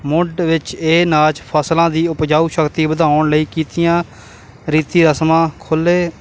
ਮੁੱਢ ਵਿੱਚ ਇਹ ਅਨਾਜ ਫਸਲਾਂ ਦੀ ਉਪਜਾਊ ਸ਼ਕਤੀ ਵਧਾਉਣ ਲਈ ਕੀਤੀਆਂ ਰੀਤੀ ਰਸਮਾਂ ਖੁੱਲ੍ਹੇ